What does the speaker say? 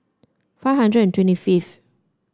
five hundred and twenty fifth